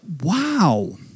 Wow